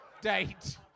date